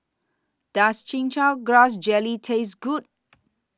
Does Chin Chow Grass Jelly Taste Good